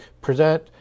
present